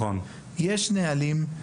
יש נהלים,